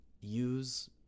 use –